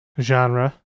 genre